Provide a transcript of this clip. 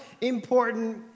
important